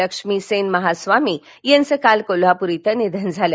लक्ष्मीसेन महास्वामी यांचं काल कोल्हापूर इथं निधन झालं